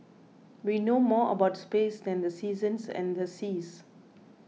we know more about space than the seasons and the seas